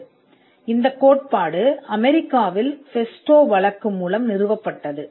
எனவே இந்த கொள்கை அமெரிக்காவில் ஃபெஸ்டோ வழக்கில் நிறுவப்பட்டது